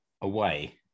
away